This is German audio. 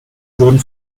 wurden